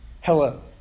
hello